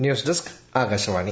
news desk Akashvani